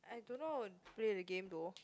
I don't know play the game though